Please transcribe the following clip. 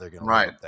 right